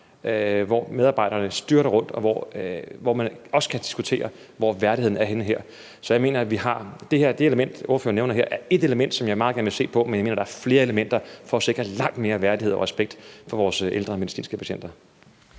hvor medarbejderne styrter rundt – og her kan man også diskutere, hvor værdigheden er henne. Så jeg mener, at det element, ordføreren nævner her, er ét element, som jeg meget gerne vil se på. Men jeg mener, at der er flere elementer i spil med hensyn til at sikre langt mere værdighed og respekt for vores ældre medicinske patienter.